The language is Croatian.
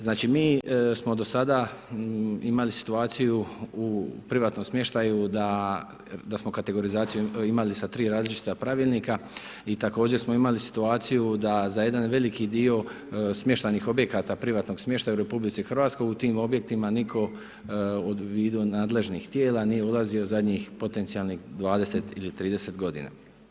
Znači, mi smo do sada imali situaciju u privatnom smještaju da smo kategorizaciju imali sa tri različita pravilnika i također smo imali situaciju da za jedan veliki dio smještajnih objekata privatnog smještaja u RH u tim objektima nitko u vidu nadležnih tijela nije ulazio zadnjih potencijalnih 20 ili 30 godina.